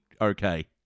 okay